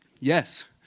Yes